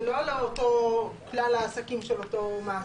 ולא על כלל העסקים של אותו מעסיק.